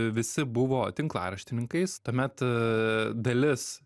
visi buvo tinklaraštininkais tuomet dalis